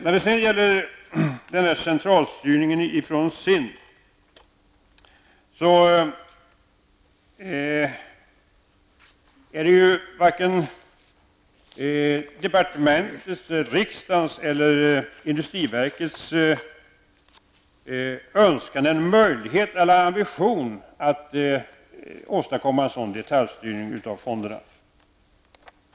När det sedan gäller frågan om SINDs centralstyrning har varken departementet, riksdagen eller industriverket någon önskan, möjlighet eller ambition att åstadkomma en sådan detaljstyrning av fonderna.